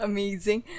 Amazing